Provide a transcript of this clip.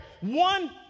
One